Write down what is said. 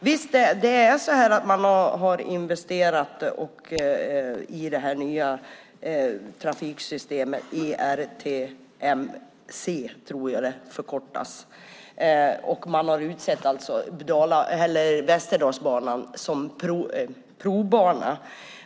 Visst har man investerat i det nya trafiksystemet ERTMS, och man har utsett Västerdalsbanan som provbana.